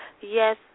Yes